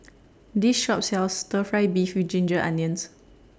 This Shop sells Stir Fry Beef with Ginger Onions